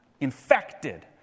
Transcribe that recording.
infected